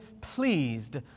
pleased